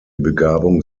begabung